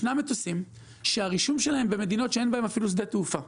יש מטוסים שהרישום שלהם במדינות שאין בהן אפילו שדה תעופה,